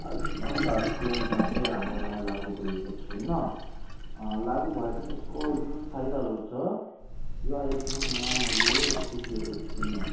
आयुष्मान् भारती योजना चाहिँ हाम्रो यहाँ लागु भएको छैन लागु भए पनि यसको जुन फाइदाहरू छ यो अहिलेसम्म यहाँ मैले देखिएको छुइनँ